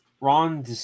Ron